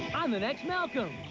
on the next malcolm.